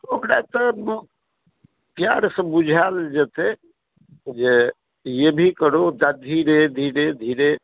ओकरा तऽ प्यारसँ बुझायल जेतय जे ये भी करो धीरे धीरे धीरे